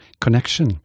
connection